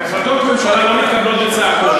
החלטות ממשלה לא מתקבלות בצעקות,